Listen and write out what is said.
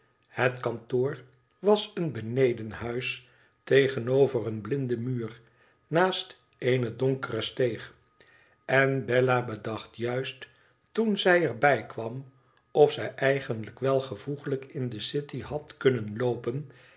het kantoor was een benedenhuis tegenover een blinden muur naast eene donkere steeg en bella bedachtjuist toen zij erbij kwam of zij eigenlijk wel gevoeglijk in de city had kunnen loopen